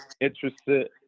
interested